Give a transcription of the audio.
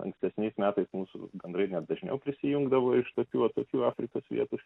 ankstesniais metais mūsų bendrai net dažniau prisijungdavo iš tokių atokių afrikos vietų